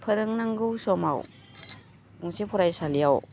फोरोंनांगौ समाव गंसे फरायसालियाव